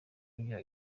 kujya